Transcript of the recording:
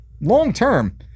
Long-term